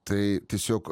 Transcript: tai tiesiog